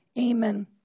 amen